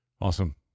Awesome